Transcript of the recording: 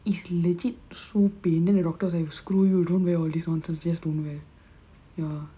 then is legit~ so pain then the doctor was like screw you don't wear all this nonsense just don't wear ya